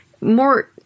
more